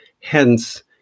hence